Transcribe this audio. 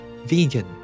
vegan